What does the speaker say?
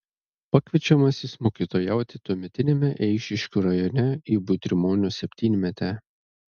pakviečiamas jis mokytojauti tuometiniame eišiškių rajone į butrimonių septynmetę